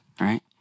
right